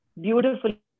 beautifully